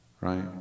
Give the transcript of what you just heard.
Right